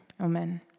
amen